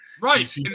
Right